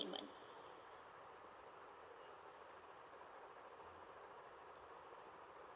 payment